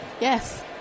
yes